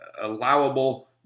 allowable